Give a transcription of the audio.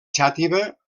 xàtiva